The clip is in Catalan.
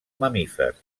mamífers